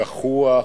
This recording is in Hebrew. זחוח,